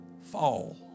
fall